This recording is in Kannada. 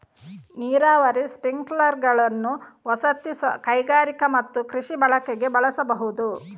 ನೀರಾವರಿ ಸ್ಪ್ರಿಂಕ್ಲರುಗಳನ್ನು ವಸತಿ, ಕೈಗಾರಿಕಾ ಮತ್ತು ಕೃಷಿ ಬಳಕೆಗೆ ಬಳಸಬಹುದು